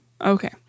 Okay